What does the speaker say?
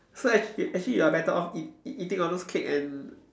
so ac~ actually you are better off eat eating all those cake and